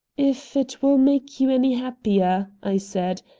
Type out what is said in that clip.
if it will make you any happier, i said,